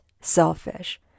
selfish